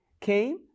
came